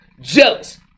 jealous